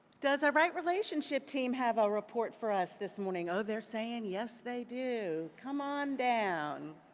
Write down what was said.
does our right relationship team have a report for us this morning? oh, they're saying yes, they do. come on down.